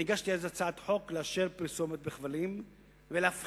הגשתי אז הצעת חוק לאשר פרסומת בכבלים ולהפחית